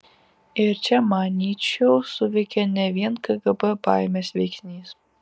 ir čia manyčiau suveikė ne vien kgb baimės veiksnys